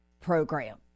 program